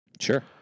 Sure